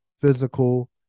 physical